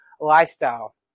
lifestyle